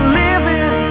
living